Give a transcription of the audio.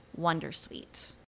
Wondersuite